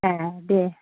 ए दे